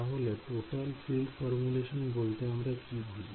তাহলে total field formulation বলতে আমরা কি বুঝি